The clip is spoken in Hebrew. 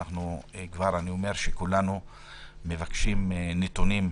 אני כבר אומר שכולנו מבקשים נתונים,